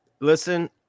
Listen